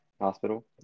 Hospital